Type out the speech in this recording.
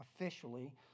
officially